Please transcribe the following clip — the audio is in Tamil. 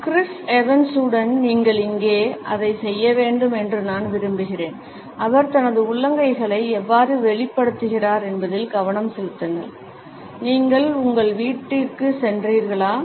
கிறிஸ் எவன்ஸுடன நீங்கள் இங்கே அதை செய்ய வேண்டும் என்று நான் விரும்புகிறேன் அவர் தனது உள்ளங்கைகளை எவ்வாறு வெளிப்படுத்துகிறார் என்பதில் கவனம் செலுத்துங்கள் நீங்கள் உங்கள் வீட்டிற்கு சென்றீர்களா